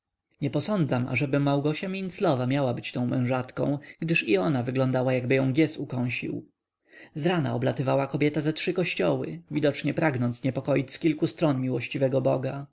nie posądzam ażeby małgosia minclowa miała być tą mężatką gdyż i ona wyglądała jakby ją giez ukąsił zrana oblatywała kobieta ze trzy kościoły widocznie pragnąc niepokoić z kilku stron miłosiernego boga